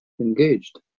engaged